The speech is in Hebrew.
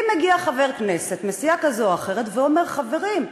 אם מגיע חבר כנסת מסיעה כזו או אחרת ואומר: חברים,